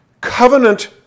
covenant